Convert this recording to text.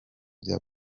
bya